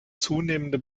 zunehmende